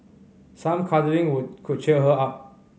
some cuddling would could cheer her up